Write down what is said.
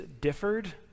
differed